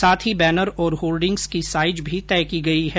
साथ ही बैनर और होर्डिंग्स की साईज भी तय की गई है